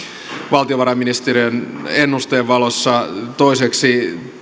valtiovarainministeriön ennusteen valossa toiseksi